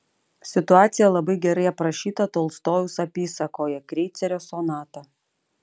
situacija labai gerai aprašyta tolstojaus apysakoje kreicerio sonata